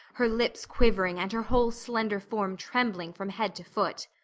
her lips quivering, and her whole slender form trembling from head to foot.